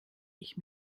ich